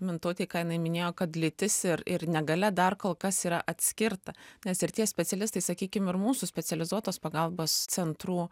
mintautei ką jinai minėjo kad lytis ir ir negalia dar kol kas yra atskirta nes ir tie specialistai sakykim ir mūsų specializuotos pagalbos centrų